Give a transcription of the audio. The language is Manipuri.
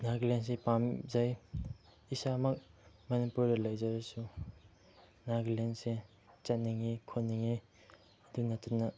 ꯅꯥꯒꯥꯂꯦꯟꯁꯦ ꯄꯥꯝꯖꯩ ꯏꯁꯥꯃꯛ ꯃꯅꯤꯄꯨꯔꯗ ꯂꯩꯖꯔꯁꯨ ꯅꯥꯒꯥꯂꯦꯟꯁꯦ ꯆꯠꯅꯤꯡꯏ ꯈꯣꯠꯅꯤꯡꯏ ꯑꯗꯨ ꯅꯠꯇꯅ